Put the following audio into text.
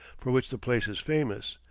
for which the place is famous,